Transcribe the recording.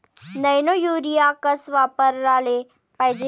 Nano urea कस वापराले पायजे?